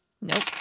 Nope